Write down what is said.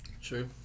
Sure